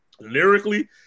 Lyrically